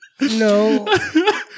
No